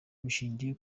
bishingira